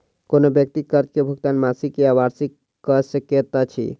कोनो व्यक्ति कर्ज के भुगतान मासिक या वार्षिक कअ सकैत अछि